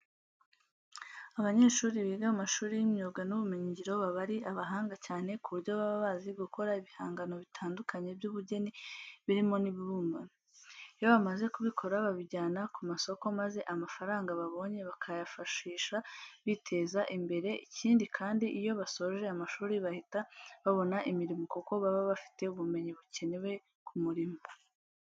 Abanyeshuri biga mu mashuri y'imyuga n'ubumenyingiro baba ari abahanga cyane ku buryo baba bazi gukora ibihangano bitandukanye by'ubugeni birimo n'ibibumbano. Iyo bamaze kubikora babijyana ku masoko maza amafaranga babonye bakayifashisha biteza imbere. Ikindi kandi, iyo basoje amashuri bahita babona imirimo kuko baba bafite ubumenyi bukenewe ku murimo.